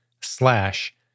slash